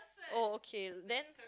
oh okay then